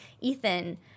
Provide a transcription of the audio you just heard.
Ethan